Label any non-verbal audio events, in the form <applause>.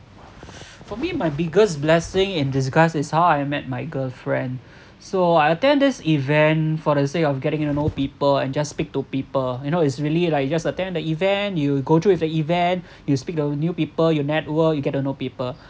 <breath> for me my biggest blessing in disguise is how I met my girlfriend so I attend this event for the sake of getting to know people and just speak to people you know it's really like you just attend the event you go through with the event you speak to new people you network you get to know people